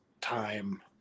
time